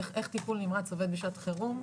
איך טיפול נמרץ עובד בשעת חירום.